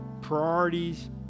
Priorities